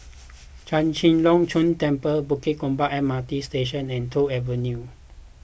Chek Chai Long Chuen Temple Bukit Gombak M R T Station and Toh Avenue